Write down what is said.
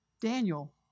Daniel